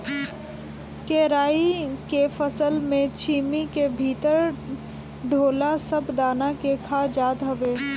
केराई के फसल में छीमी के भीतर ढोला सब दाना के खा जात हवे